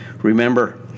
Remember